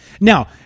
Now